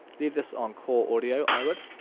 leave this on core audio i would.